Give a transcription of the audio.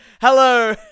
Hello